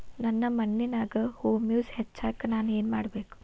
ನನ್ನ ಮಣ್ಣಿನ್ಯಾಗ್ ಹುಮ್ಯೂಸ್ ಹೆಚ್ಚಾಕ್ ನಾನ್ ಏನು ಮಾಡ್ಬೇಕ್?